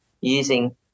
using